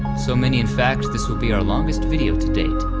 so many, in fact, this will be our longest video to date.